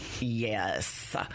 Yes